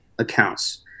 Accounts